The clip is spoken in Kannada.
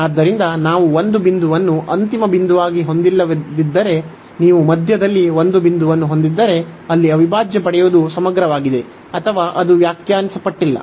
ಆದ್ದರಿಂದ ನಾವು ಒಂದು ಬಿಂದುವನ್ನು ಅಂತಿಮ ಬಿಂದುವಾಗಿ ಹೊಂದಿಲ್ಲದಿದ್ದರೆ ನೀವು ಮಧ್ಯದಲ್ಲಿ ಒಂದು ಬಿಂದುವನ್ನು ಹೊಂದಿದ್ದರೆ ಅಲ್ಲಿ ಅವಿಭಾಜ್ಯ ಪಡೆಯುವುದು ಸಮಗ್ರವಾಗಿದೆ ಅಥವಾ ಅದು ವ್ಯಾಖ್ಯಾನಿಸಲ್ಪಟ್ಟಿಲ್ಲ